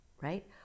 right